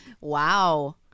Wow